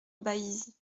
baïse